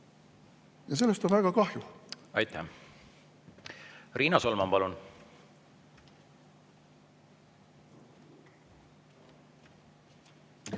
Ja sellest on väga kahju. Aitäh! Riina Solman, palun!